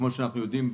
ואנחנו יודעים,